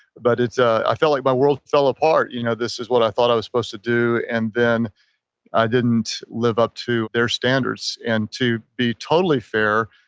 but ah i felt like my world fell apart you know this is what i thought i was supposed to do. and then i didn't live up to their standards and to be totally fair,